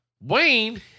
Wayne